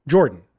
Jordan